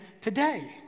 today